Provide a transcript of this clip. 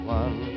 one